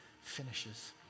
finishes